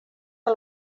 que